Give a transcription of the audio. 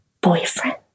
boyfriend